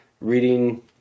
reading